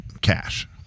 cash